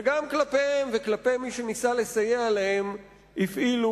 וגם כלפיהם וכלפי מי שניסה לסייע להם הפעילו